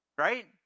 right